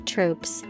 Troops